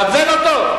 גם זה לא טוב.